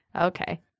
Okay